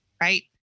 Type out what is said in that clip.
right